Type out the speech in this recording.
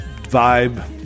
vibe